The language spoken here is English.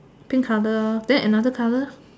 pink colour then another colour